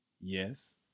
Yes